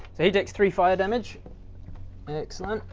so he takes three fire damage excellent,